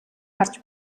харж